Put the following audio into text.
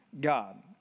God